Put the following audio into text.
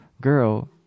girl